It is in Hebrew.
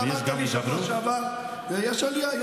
אמרת לי בשבוע שעבר: יש עלייה.